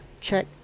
Check